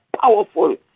powerful